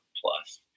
plus